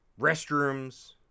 Restrooms